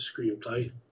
Screenplay